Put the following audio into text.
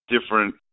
Different